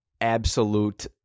absolute